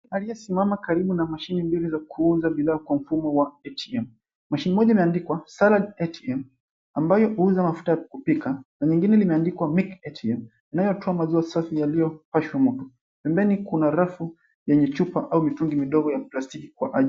Aliyesimama karibu na mashine mbili za kuuza bidhaa kwa mfumo wa 'ATM'. Mashine moja imeandikwa 'Salad ATM' ambayo huuza mafuta ya kupika. Na nyingine imeandikwa 'Milk ATM' inayotoa maziwa safi yaliyopashwa moto. Pembeni kuna rafu yenye chupa au mitungi midogo ya plastiki kwa...